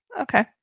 Okay